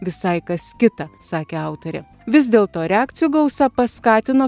visai kas kita sakė autorė vis dėlto reakcijų gausa paskatino